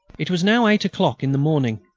it was now eight o'clock in the morning.